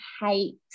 hate